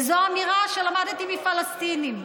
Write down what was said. וזו אמירה שלמדתי מפלסטינים.